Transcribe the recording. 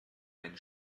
ein